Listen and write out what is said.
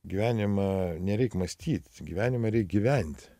gyvenimą nereik mąstyt gyvenimą reik gyvent